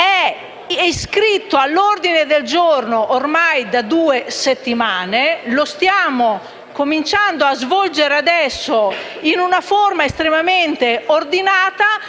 È iscritto all'ordine del giorno ormai da due settimane e stiamo cominciando a svolgerlo adesso in una forma estremamente ordinata.